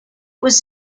was